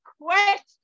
question